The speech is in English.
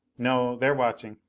no. they're watching.